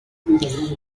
nous